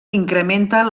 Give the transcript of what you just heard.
increment